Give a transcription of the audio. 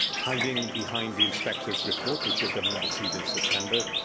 hiding behind the inspectors' report, which your government received in september,